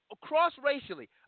Cross-racially